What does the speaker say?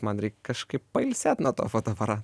man reik kažkaip pailsėt nuo to fotoapara